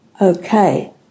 okay